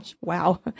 Wow